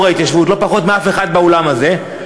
ההתיישבות לא פחות מאף אחד באולם הזה,